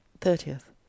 Thirtieth